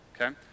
Okay